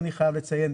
אני חייב לציין,